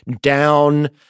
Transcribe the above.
down